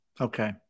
Okay